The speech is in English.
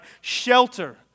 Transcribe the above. shelter